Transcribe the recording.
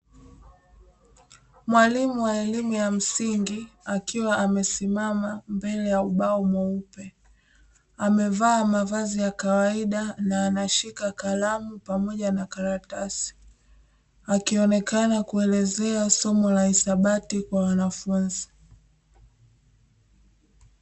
Mwalimu wa elimu ya msingi, akiwa amesimama mbele ya ubao mweupe, amevaa mavazi ya kawaida na anashika kalamu pamoja na karatasi, akionekana kuelezea somo la hisabati kwa wanafunzi.